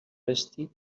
resti